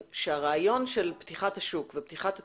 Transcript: שהרעיון של פתיחת השוק ופתיחת התחרות: